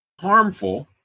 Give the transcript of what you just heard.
harmful